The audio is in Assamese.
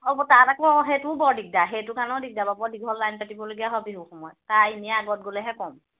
হ'ব তাত আকৌ সেইটোও বৰ দিগদাৰ সেইটো কাৰণেও দিগদাৰ বৰ দীঘল লাইন পাতিবলগীয়া হয় বিহু সময়ত তাই এনেয়ে আগত গ'লেহে কম